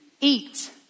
eat